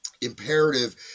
imperative